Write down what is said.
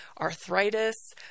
arthritis